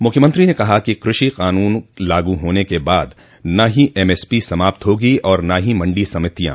मुख्यमंत्री ने कहा कि कृषि कानून लागू होने के बाद न ही एमएसपी समाप्त होगी और न ही मंडी समितियां